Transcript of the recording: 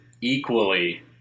equally